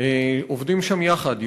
ערבים עובדים שם יחד,